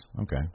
okay